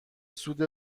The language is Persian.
سود